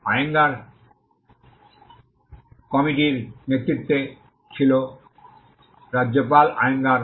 আয়গোঙ্গার কমিটির নেতৃত্বে ছিলেন রাজগোপাল আয়েঙ্গার